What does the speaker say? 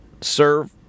serve